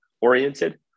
oriented